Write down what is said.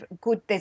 good